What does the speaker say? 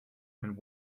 and